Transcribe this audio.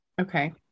okay